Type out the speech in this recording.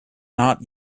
not